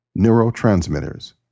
neurotransmitters